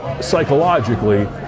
psychologically